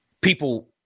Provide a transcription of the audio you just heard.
people